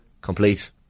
complete